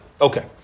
Okay